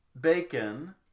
bacon